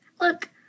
look